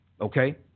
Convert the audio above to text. okay